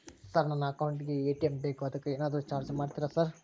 Sir ನನ್ನ account ಗೇ ATM ಬೇಕು ಅದಕ್ಕ ಏನಾದ್ರು ಚಾರ್ಜ್ ಮಾಡ್ತೇರಾ ಸರ್?